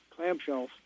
clamshells